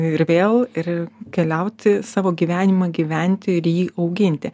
ir vėl ir keliauti savo gyvenimą gyventi ir jį auginti